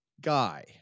guy